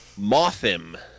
Mothim